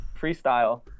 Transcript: freestyle